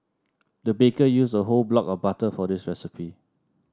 the baker used a whole block of butter for this recipe